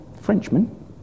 Frenchman